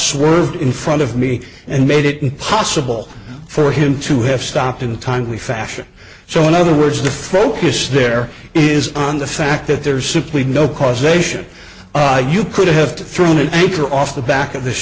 swerved in front of me and made it impossible for him to have stopped in a timely fashion so in other words the focus there is on the fact that there's simply no causation you could have to throw a thinker off the back of this